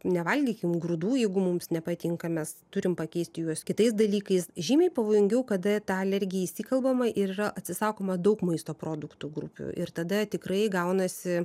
nevalgykim grūdų jeigu mums nepatinka mes turim pakeisti juos kitais dalykais žymiai pavojingiau kada tą alergiją įsikalbama ir yra atsisakoma daug maisto produktų grupių ir tada tikrai gaunasi